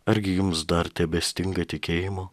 argi jums dar tebestinga tikėjimo